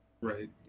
Right